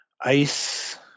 ice